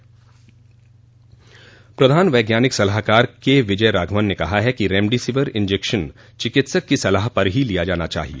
प्रधान वैज्ञानिक सलाहकार के विजय राघवन ने कहा है कि रेमडेसिविर इंजेक्शन चिकित्सक की सलाह पर ही लिया जाना चाहिए